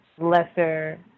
lesser